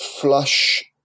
flush